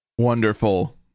Wonderful